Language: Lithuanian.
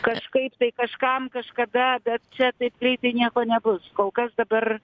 kažkaip tai kažkam kažkada bet čia taip greitai nieko nebus kol kas dabar